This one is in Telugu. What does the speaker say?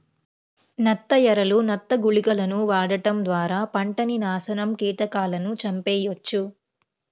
నత్త ఎరలు, నత్త గుళికలను వాడటం ద్వారా పంటని నాశనం కీటకాలను చంపెయ్యొచ్చు